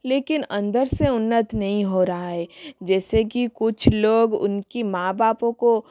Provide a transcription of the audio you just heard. लेकिन अंदर से उन्नत नही हो रहा है जैसे कि कुछ लोग उनकी माँ बापों को